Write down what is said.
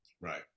Right